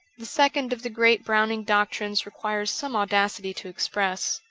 the second of the great browning doctrines requires some audacity to express.